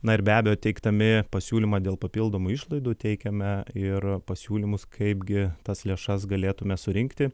na ir be abejo teikdami pasiūlymą dėl papildomų išlaidų teikiame ir pasiūlymus kaipgi tas lėšas galėtume surinkti